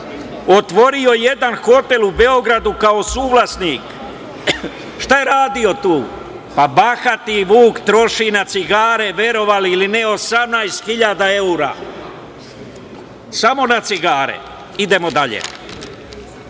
otvorio jedan hotel u Beogradu ka suvlasnik. Šta je radio tu? Bahati Vuk troši na cigare verovali ili ne 18 hiljada evra, samo na cigare. Idemo dalje.